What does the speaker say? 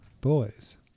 boys